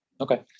Okay